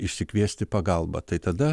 išsikviesti pagalbą tai tada